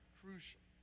crucial